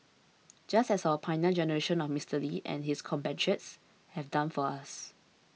just as our Pioneer Generation of Mister Lee and his compatriots have done for us